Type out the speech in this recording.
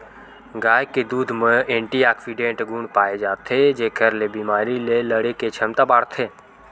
गाय के दूद म एंटीऑक्सीडेंट गुन पाए जाथे जेखर ले बेमारी ले लड़े के छमता बाड़थे